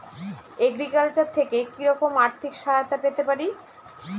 Agriculture থেকে কি রকম আর্থিক সহায়তা পেতে পারি?